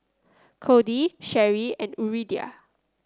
Kody Sherri and Yuridia